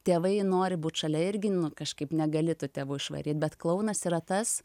tėvai nori būt šalia irgi nu kažkaip negali tų tėvų išvaryt bet klounas yra tas